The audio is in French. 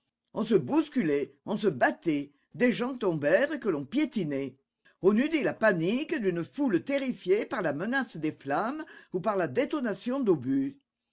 on se bousculait on se battait des gens tombèrent que l'on piétinait on eût dit la panique d'une foule terrifiée par la menace des flammes ou par la détonation d'obus